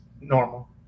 normal